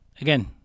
again